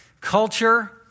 culture